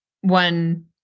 one